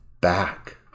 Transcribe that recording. back